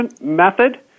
method